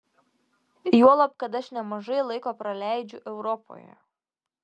juolab kad aš nemažai laiko praleidžiu europoje